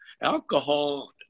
alcohol